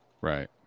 right